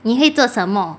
你会做什么